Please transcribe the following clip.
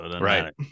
Right